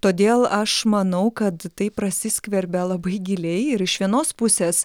todėl aš manau kad tai prasiskverbia labai giliai ir iš vienos pusės